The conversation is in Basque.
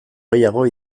gehiago